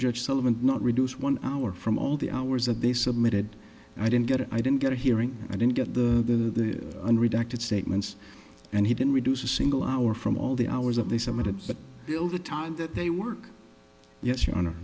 judge sullivan not reduce one hour from all the hours that they submitted i didn't get it i didn't get a hearing i didn't get the unredacted statements and he didn't reduce a single hour from all the hours that they submitted but will the time that they work yes your honor